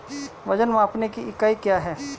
वजन मापने की इकाई क्या है?